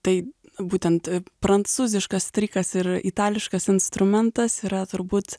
tai būtent prancūziškas strykas ir itališkas instrumentas yra turbūt